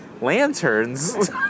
lanterns